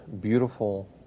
beautiful